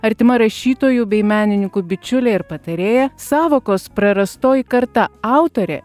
artima rašytojų bei menininkų bičiulė ir patarėja sąvokos prarastoji karta autorė